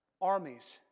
armies